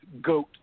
GOAT